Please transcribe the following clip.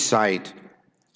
cite